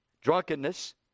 Drunkenness